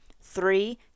Three